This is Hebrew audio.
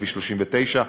כביש 39,